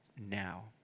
now